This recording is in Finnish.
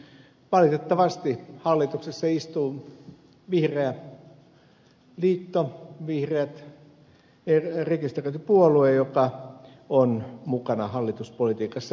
valitettavasti hallituksessa istuu vihreä liitto vihreät rekisteröity puolue joka on mukana hallituspolitiikassa